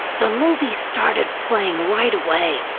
the movie started playing right away.